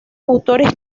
autores